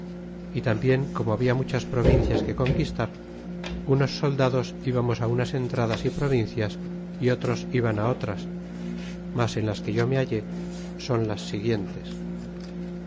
y tambien corno habla muchas provincias que conquistar unos soldados ibamos á unas entradas y provincias y otros iban otras mas en las que yo me hallé son las siguientes